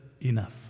enough